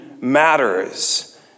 matters